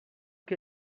que